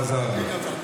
הוא חזר בו.